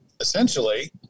essentially